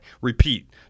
Repeat